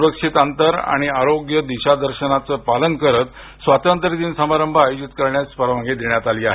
सुरक्षित अंतर आणि आरोग्य दिशानिर्देशांचं पालन करत स्वतंत्र्यदिन समारंभ आयोजित करण्यास परवानगी देण्यात आली आहे